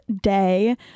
day